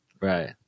Right